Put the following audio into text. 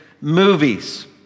movies